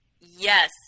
Yes